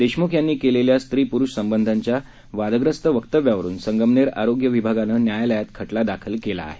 देशमुख यांनी केलेल्या स्वी पुरुष संबंधाच्या वाद्यस्त वक्तव्याकरून संगमनेर आरोग्य विभागानं न्यायालयात खटला दाखल केला आहे